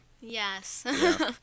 Yes